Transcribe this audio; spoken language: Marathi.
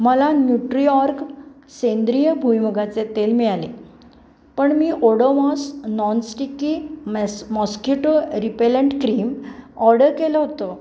मला न्यूट्रिऑर्ग सेंद्रिय भुईमुगाचे तेल मिळाले पण मी Odomos non-sticky mess mosquito repellent cream order केलं होतं